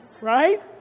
Right